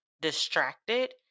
distracted